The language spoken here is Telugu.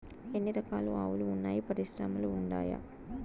ఎన్ని రకాలు ఆవులు వున్నాయి పరిశ్రమలు ఉండాయా?